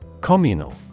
Communal